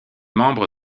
membre